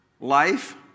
life